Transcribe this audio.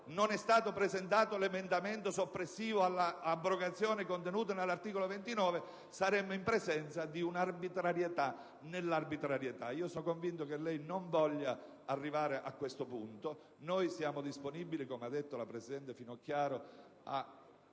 non è stato presentato l'emendamento soppressivo della norma abrogativa contenuta nell'articolo 29, saremmo in presenza di una arbitrarietà nell'arbitrarietà. Sono convinto che lei non voglia arrivare a questo punto. Siamo disponibili, come ha detto la presidente Finocchiaro, ad